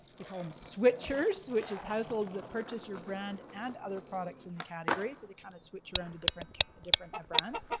they call them switchers which is households that purchase your brand and other products in the categories, so they kind of switch around different different brands.